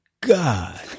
God